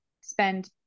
spend